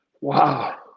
Wow